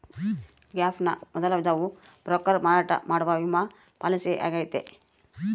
gap ನ ಮೊದಲ ವಿಧವು ಬ್ರೋಕರ್ ಮಾರಾಟ ಮಾಡುವ ವಿಮಾ ಪಾಲಿಸಿಯಾಗೈತೆ